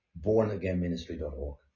bornagainministry.org